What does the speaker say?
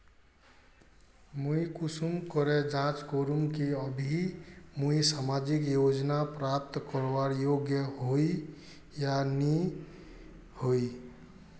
मुई कुंसम करे जाँच करूम की अभी मुई सामाजिक योजना प्राप्त करवार योग्य होई या नी होई?